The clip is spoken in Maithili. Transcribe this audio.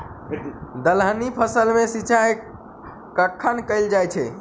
दलहनी फसल मे सिंचाई कखन कैल जाय छै?